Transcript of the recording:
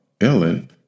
Ellen